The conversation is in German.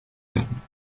werden